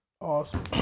Awesome